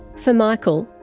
for michael,